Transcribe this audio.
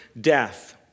death